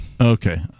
Okay